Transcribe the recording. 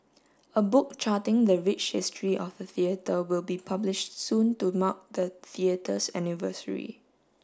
a book charting the rich history of the theatre will be published soon to mark the theatre's anniversary